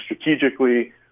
strategically